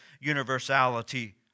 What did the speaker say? universality